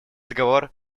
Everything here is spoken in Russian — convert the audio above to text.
договор